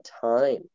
time